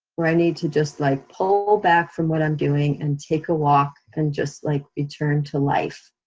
or i need to just like pull back from what i'm doing and take a walk, and just like return to life.